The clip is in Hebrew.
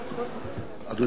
אדוני היושב-ראש,